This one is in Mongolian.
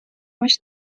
маш